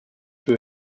für